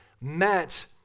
met